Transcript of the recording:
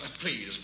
please